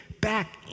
back